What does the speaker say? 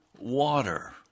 water